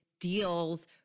deals